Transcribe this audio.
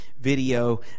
video